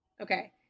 Okay